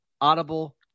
audible